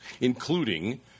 including